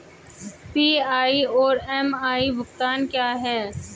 PI और MI भुगतान क्या हैं?